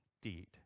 deed